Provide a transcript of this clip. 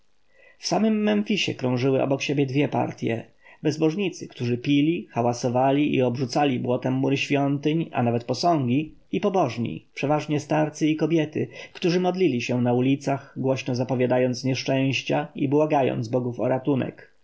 samym memfisie krążyły obok siebie dwie partje bezbożnicy którzy pili hałasowali i obrzucali błotem mury świątyń a nawet posągi i pobożni przeważnie starcy i kobiety którzy modlili się na ulicach głośno zapowiadając nieszczęścia i błagając bogów o ratunek